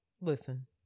listen